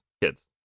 Kids